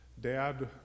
Dad